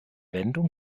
wende